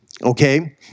Okay